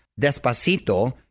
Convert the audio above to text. Despacito